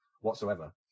whatsoever